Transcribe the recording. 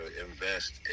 invest